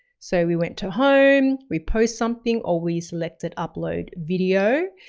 so we went to home, we post something or we selected, upload video.